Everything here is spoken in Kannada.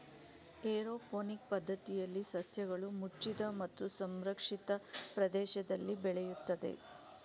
ಏರೋಪೋನಿಕ್ ಪದ್ಧತಿಯಲ್ಲಿ ಸಸ್ಯಗಳು ಮುಚ್ಚಿದ ಮತ್ತು ಸಂರಕ್ಷಿತ ಪ್ರದೇಶದಲ್ಲಿ ಬೆಳೆಯುತ್ತದೆ